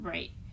Right